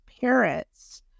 parents